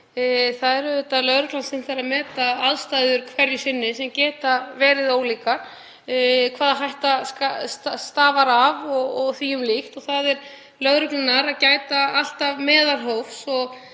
Það er auðvitað lögreglan sem þarf að meta aðstæður hverju sinni sem geta verið ólíkar, hvaða hætta stafar af þeim og því um líkt. Það er lögreglunnar að gæta alltaf meðalhófs.